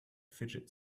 fidget